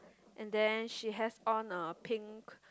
and then she has on a pink